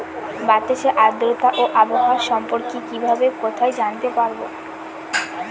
বাতাসের আর্দ্রতা ও আবহাওয়া সম্পর্কে কিভাবে কোথায় জানতে পারবো?